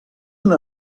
una